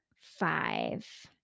five